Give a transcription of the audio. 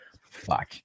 fuck